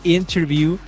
interview